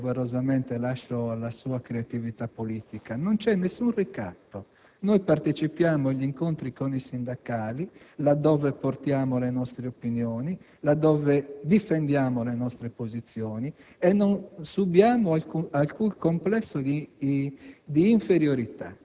volutamente e doverosamente lascio alla sua creatività politica. Non vi è alcun ricatto. Noi partecipiamo agli incontri con i sindacati, durante i quali portiamo le nostre opinioni, difendiamo le nostre posizioni e non subiamo alcun complesso di inferiorità.